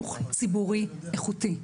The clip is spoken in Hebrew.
בחינוך ציבורי איכותי.